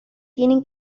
tienen